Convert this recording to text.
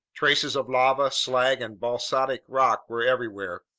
traces of lava, slag, and basaltic rock were everywhere,